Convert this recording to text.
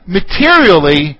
materially